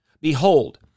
behold